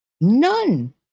none